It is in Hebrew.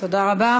תודה רבה.